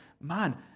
man